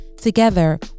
Together